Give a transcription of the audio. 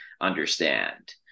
understand